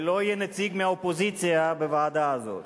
ולא יהיה נציג מהאופוזיציה בוועדה הזאת,